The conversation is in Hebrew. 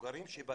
הפשע שרוצה לקחת